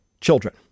children